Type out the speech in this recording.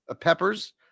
Peppers